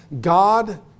God